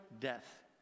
death